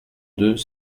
deux